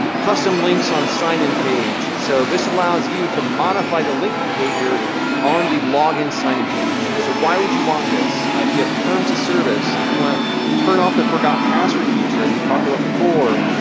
custom links on sign-in page. so this allows you to modify the link behavior on the log-in sign-in page. so, why would you want this? this? ah if you have terms of service, if you wanna turn off the forgotten password feature, as we've talked about before,